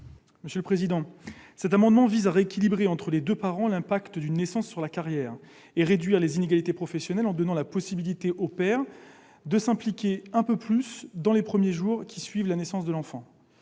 Xavier Iacovelli. Cet amendement vise à rééquilibrer entre les deux parents l'impact d'une naissance sur la carrière et à réduire les inégalités professionnelles, en donnant la possibilité au père de s'impliquer un peu plus dans les premiers jours qui suivent la naissance de l'enfant.